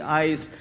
eyes